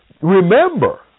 Remember